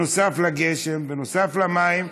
נוסף לגשם, נוסף למים,